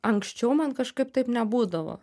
anksčiau man kažkaip taip nebūdavo